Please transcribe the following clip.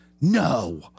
No